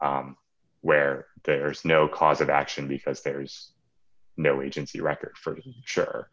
this where there is no cause of action because there is no agency record for sure